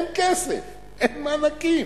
אין כסף, אין מענקים.